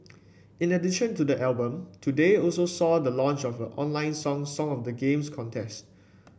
in addition to the album today also saw the launch of online Song Song of the Games contest